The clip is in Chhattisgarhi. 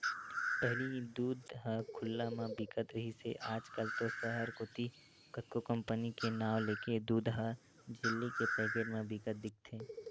पहिली दूद ह खुल्ला म बिकत रिहिस हे आज कल तो सहर कोती कतको कंपनी के नांव लेके दूद ह झिल्ली के पैकेट म बिकत दिखथे